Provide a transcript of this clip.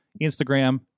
Instagram